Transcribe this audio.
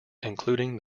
including